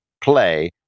play